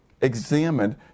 examined